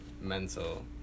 mental